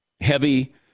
heavy